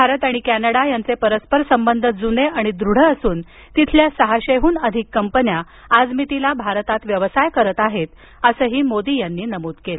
भारत आणि कॅनडा यांचे परस्पर संबंध जुने आणि दृढ असून तिथल्या सहाशेहून अधिक कंपन्या भारतात व्यवसाय करत आहेत असंही मोदी यांनी नमूद केलं